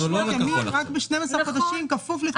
ימים רק ב-12 חודשים כפוף לתקופת הכשרה.